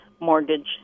mortgage